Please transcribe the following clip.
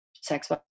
sex